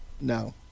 No